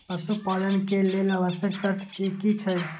पशु पालन के लेल आवश्यक शर्त की की छै?